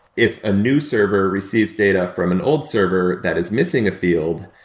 if a new server receives data from an old server that is missing a field,